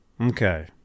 Okay